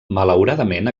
malauradament